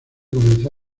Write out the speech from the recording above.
comenzó